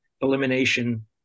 elimination